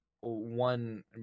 one